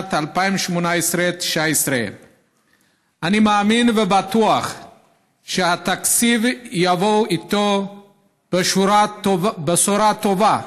2018 2019. אני מאמין ובטוח שהתקציב יביא איתו בשורה טובה